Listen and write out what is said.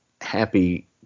happy